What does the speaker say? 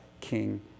king